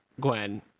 Gwen